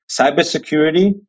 cybersecurity